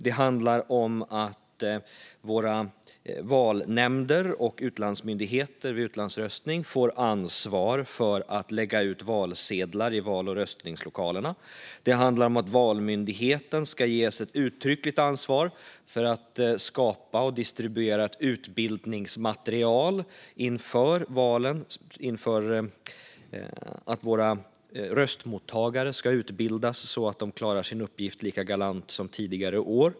Det handlar om att våra valnämnder och utlandsmyndigheter vid utlandsröstning får ansvar för att lägga ut valsedlar i val och röstningslokalerna. Det handlar om att Valmyndigheten ska ges ett uttryckligt ansvar för att skapa och distribuera ett utbildningsmaterial inför att våra röstmottagare ska utbildas så att de klarar sin uppgift lika galant som tidigare år.